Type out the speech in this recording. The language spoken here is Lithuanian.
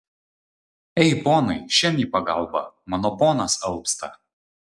ei ponai šen į pagalbą mano ponas alpsta